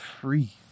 free